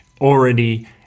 already